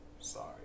sorry